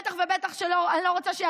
בבקשה.